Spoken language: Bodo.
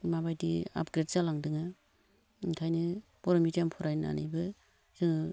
माबायदि आपग्रेद जालांदोङो ओंखायनो बर' मिदियाम फरायनानैबो जोङो